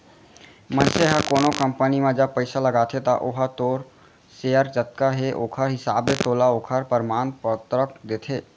मनसे ह कोनो कंपनी म जब पइसा लगाथे त ओहा तोर सेयर जतका हे ओखर हिसाब ले तोला ओखर परमान पतरक देथे